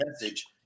message